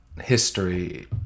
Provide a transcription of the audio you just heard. history